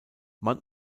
man